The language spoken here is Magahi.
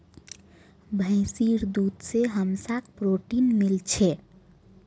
भैंसीर दूध से हमसाक् प्रोटीन मिल छे